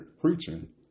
preaching